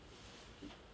I try not